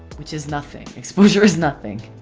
which is nothing! exposure is nothing!